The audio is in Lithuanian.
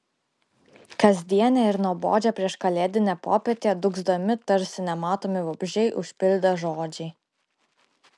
kasdienę ir nuobodžią prieškalėdinę popietę dūgzdami tarsi nematomi vabzdžiai užpildė žodžiai